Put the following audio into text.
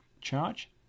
charge